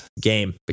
game